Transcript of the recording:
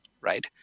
right